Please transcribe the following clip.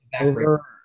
over